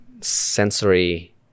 sensory